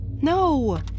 No